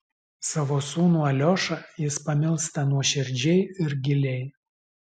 savo sūnų aliošą jis pamilsta nuoširdžiai ir giliai